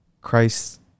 Christ